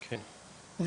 שלישי ורביעי,